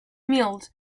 mills